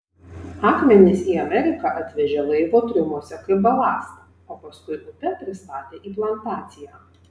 akmenis į ameriką atvežė laivo triumuose kaip balastą o paskui upe pristatė į plantaciją